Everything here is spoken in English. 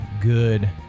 good